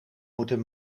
moeten